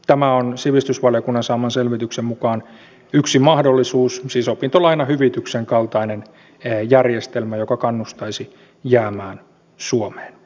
tämä on sivistysvaliokunnan saaman selvityksen mukaan yksi mahdollisuus siis opintolainahyvityksen kaltainen järjestelmä joka kannustaisi jäämään suomeen